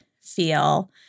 feel